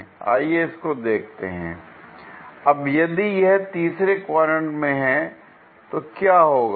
आइए इसको देखते हैं l अब यदि यह तीसरे क्वाड्रेंट में है तो क्या होगा